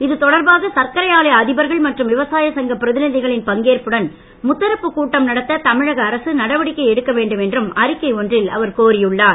இதுதொடர்பாக சர்க்கரை ஆலை அதிபர்கள் மற்றும் விவசாய சங்க பிரதிநிதிகளின் பங்கேற்புடன் முத்தரப்புக் கூட்டம் நடத்த தமிழக அரசு நடவடிக்கை எடுக்க வேண்டும் என்றும் அறிக்கை ஒன்றில் அவர் கோரியுள்ளார்